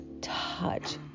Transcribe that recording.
touch